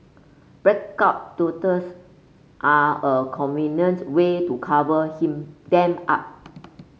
blackout tattoos are a convenient way to cover him them up